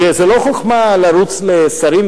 שזו לא חוכמה לרוץ לשרים,